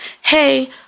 hey